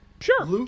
sure